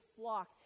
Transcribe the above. flock